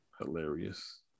Hilarious